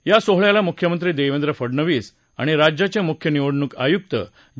या सोहळ्याला मुख्यमंत्री देवेंद्र फडणवीस आणि राज्याचे मुख्य निवडणूक आयुक्त ज